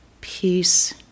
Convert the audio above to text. peace